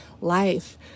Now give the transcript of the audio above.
life